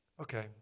Okay